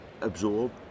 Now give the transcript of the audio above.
absorb